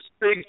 big